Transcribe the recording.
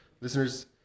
Listeners